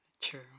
True